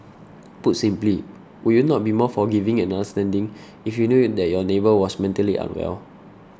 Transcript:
put simply would you not be more forgiving and understanding if you knew it that your neighbour was mentally unwell